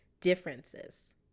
differences